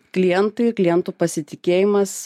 klientai klientų pasitikėjimas